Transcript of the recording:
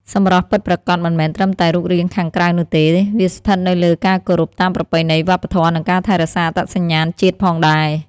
សម្រស់ពិតប្រាកដមិនមែនត្រឹមតែរូបរាងខាងក្រៅនោះទេ វាស្ថិតនៅលើការគោរពតាមប្រពៃណីវប្បធម៌និងការថែរក្សាអត្តសញ្ញាណជាតិផងដែរ។